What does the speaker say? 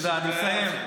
תודה, אני מסיים.